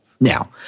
Now